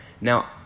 Now